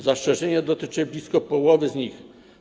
Zastrzeżenia dotyczyły blisko połowy z nich.